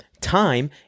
Time